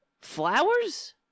flowers